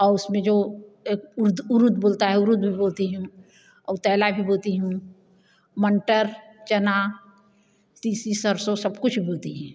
और उसमें जो एक उर्द उड़ूद उड़ूद बोती हूँ और तैला भी बोती हूँ मटर चना तीसी सरसों सब कुछ बोते हैं